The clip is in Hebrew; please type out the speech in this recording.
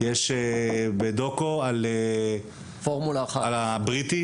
ואז אני עובר על החוק, אבל אין לי ברירה.